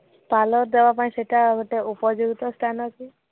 parlour ଦେବା ପାଇଁ ସେଟା ଗୋଟେ ଉପଯୁକ୍ତ ସ୍ଥାନ କି